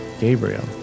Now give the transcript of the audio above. Gabriel